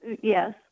Yes